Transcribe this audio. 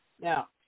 Now